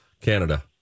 Canada